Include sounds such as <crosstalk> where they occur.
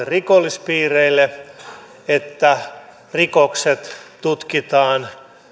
<unintelligible> rikollispiireille että rikokset tutkitaan